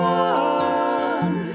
one